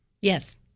Yes